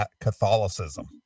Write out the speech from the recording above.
Catholicism